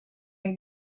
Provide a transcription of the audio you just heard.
and